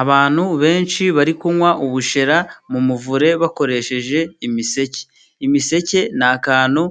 Abantu benshi bari kunywa ubushera mu muvure bakoresheje imiseke. Umuseke ni akantu